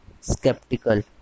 Skeptical